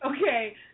Okay